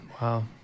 Wow